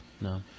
No